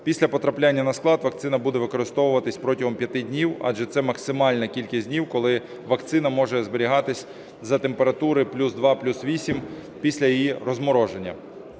Після потрапляння на склад вакцина буде використовуватись протягом п'яти днів, адже це максимальна кількість днів, коли вакцина може зберігатись за температури плюс 2 - плюс 8 після її розмороження.